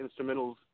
instrumentals